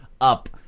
up